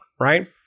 right